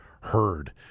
heard